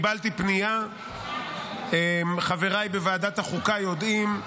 קיבלתי פנייה, חבריי בוועדת החוקה יודעים,